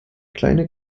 kleine